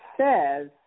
says